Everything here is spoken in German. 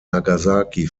nagasaki